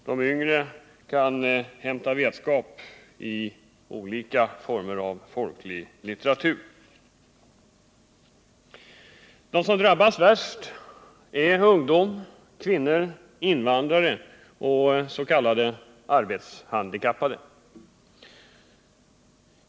De yngre kan hämta vetskap i olika former av folklig litteratur. De som drabbas värst är ungdomar, kvinnor, invandrare och s.k. arbetshandikappade.